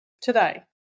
today